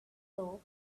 though